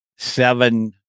seven